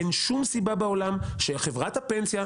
לכן אין שום סיבה שחברת הפנסיה,